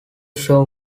show